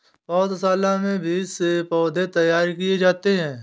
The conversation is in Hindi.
पौधशाला में बीज से पौधे तैयार किए जाते हैं